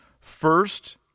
first